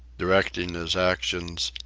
directing his actions,